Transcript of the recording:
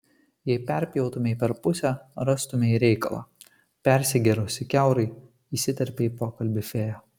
jei perpjautumei per pusę rastumei reikalą persigėrusį kiaurai įsiterpia į pokalbį fėja